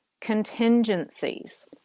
contingencies